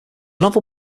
novel